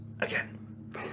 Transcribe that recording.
Again